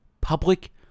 public